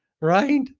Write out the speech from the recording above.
Right